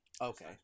Okay